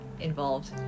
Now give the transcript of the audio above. involved